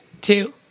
two